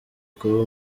kuba